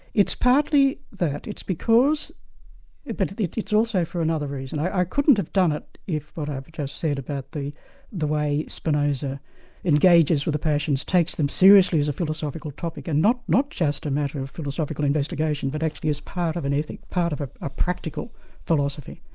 it's partly that, it's because but it's it's also for another reason. i couldn't have done it if what i've just said about the the way spinoza engages with the passions, takes them seriously as a philosophical topic and not not just a matter of philosophical investigation, but actually as part of an ethic, part of ah a practical philosophy.